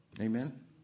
Amen